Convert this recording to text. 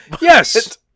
Yes